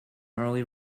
early